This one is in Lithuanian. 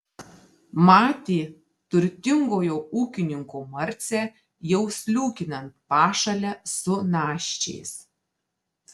matė turtingojo ūkininko marcę jau sliūkinant pašale su naščiais